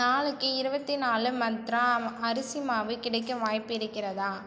நாளைக்கு இருவத்தி நாலு மந்த்ரா அரிசி மாவு கிடைக்க வாய்ப்பு இருக்கிறதா